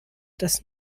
dass